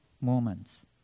moments